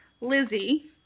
Lizzie